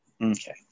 Okay